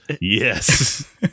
yes